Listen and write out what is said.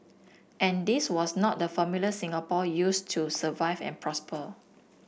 and this was not the formula Singapore used to survive and prosper